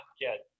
get